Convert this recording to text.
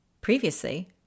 previously